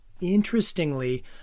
interestingly